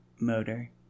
Motor